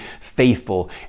faithful